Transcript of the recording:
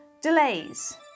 delays